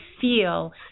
feel